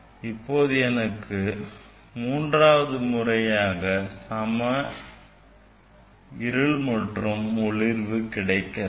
இப்போது எனக்கு மூன்றாவது முறையாக அரை இருள் மற்றும் அரை ஒளிர்வு கிடைக்கிறது